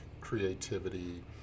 creativity